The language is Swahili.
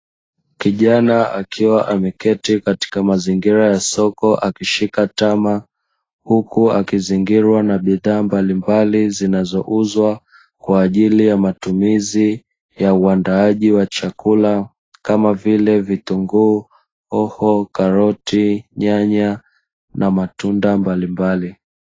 Kijana akiwa ameketi katika mazingira ya soko akishika tama, huku akizingirwa na bidhaa mbalimbali zinazouzwa kwa ajili ya matumizi ya uandaaji wa chakula, kama vile: vitunguu, hoho, karoti, nyanya na matunda mbalimbali.